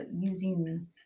using